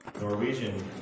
Norwegian